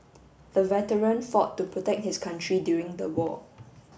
the veteran fought to protect his country during the war